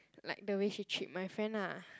like the way she treat my friend lah